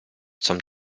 zum